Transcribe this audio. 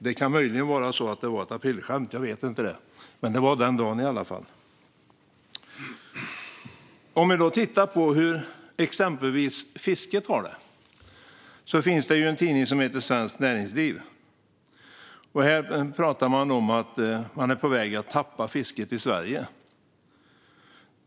Det kan möjligen ha varit ett aprilskämt - det vet jag inte - men det var den dagen i alla fall. Vi kan titta på hur exempelvis fisket har det. Det finns en tidning som heter Svenskt Näringsliv som skriver att vi är på väg att tappa fisket i Sverige.